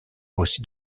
aussi